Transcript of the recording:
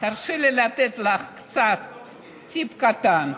תרשי לי לתת לך טיפ קטן: